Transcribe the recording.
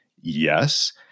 Yes